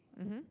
mmhmm